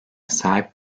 sahip